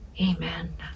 Amen